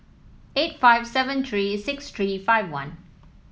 eight five seven three six three five one